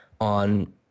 on